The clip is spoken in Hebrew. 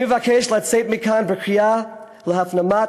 אני מבקש לצאת מכאן בקריאה להפנמת